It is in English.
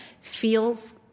feels